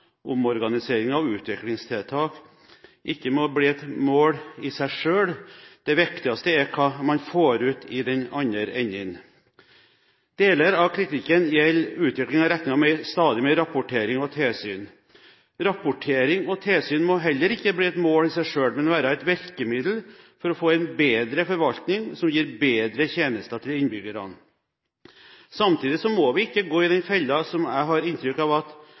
utviklingstiltak ikke må bli et mål i seg selv. Det viktigste er hva man får ut i den andre enden. Deler av kritikken gjelder utviklingen i retning av stadig mer rapportering og tilsyn. Rapportering og tilsyn må heller ikke bli et mål i seg selv, men være et virkemiddel for å få en bedre forvaltning som gir bedre tjenester til innbyggerne. Samtidig må vi ikke gå i den fellen som jeg har inntrykk av at